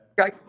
Okay